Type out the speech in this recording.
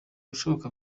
ibishoboka